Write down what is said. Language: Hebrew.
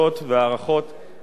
לצוות ועדת הכלכלה